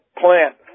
plant